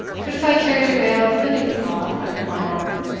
but if i carried a bale of linen cloth under my arm,